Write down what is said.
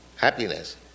Happiness